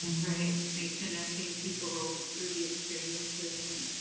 right. and connecting people through the experiences. and,